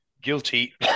guilty